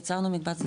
יצרנו מקבץ דיור.